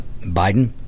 Biden